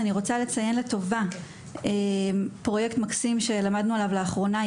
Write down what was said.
אני רוצה לציין לטובה פרויקט מקסים שלמדנו עליו לאחרונה,